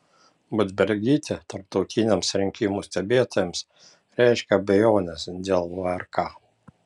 budbergytė tarptautiniams rinkimų stebėtojams reiškia abejones dėl vrk